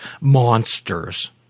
monsters